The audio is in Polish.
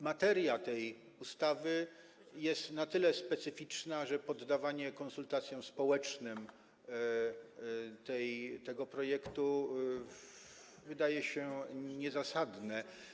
Materia tej ustawy jest na tyle specyficzna, że poddawanie konsultacjom społecznym tego projektu wydaje się niezasadne.